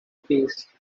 face